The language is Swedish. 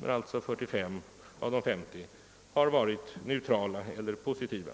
45 av de 50 yttrandena har däremot varit neutrala eller positiva.